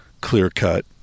clear-cut